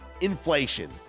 Inflation